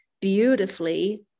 beautifully